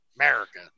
America